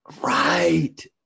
right